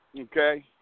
Okay